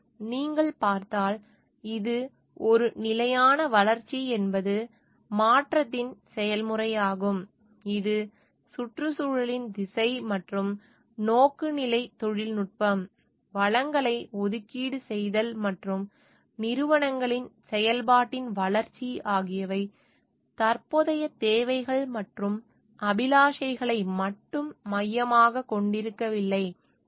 எனவே நீங்கள் பார்த்தால் இது ஒரு நிலையான வளர்ச்சி என்பது மாற்றத்தின் செயல்முறையாகும் இது சுற்றுச்சூழலின் திசை மற்றும் நோக்குநிலை தொழில்நுட்பம் வளங்களை ஒதுக்கீடு செய்தல் மற்றும் நிறுவனங்களின் செயல்பாட்டின் வளர்ச்சி ஆகியவை தற்போதைய தேவைகள் மற்றும் அபிலாஷைகளை மட்டும் மையமாகக் கொண்டிருக்கவில்லை